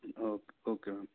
okay okay ma'am